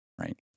right